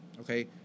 okay